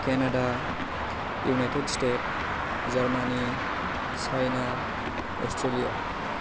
Canada United State Germany China Australia